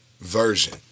version